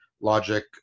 logic